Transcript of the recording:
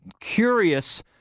curious